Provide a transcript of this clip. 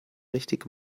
richtig